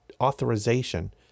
authorization